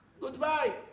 goodbye